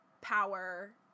power